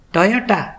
Toyota